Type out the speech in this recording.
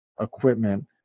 equipment